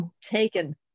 Taken